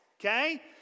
okay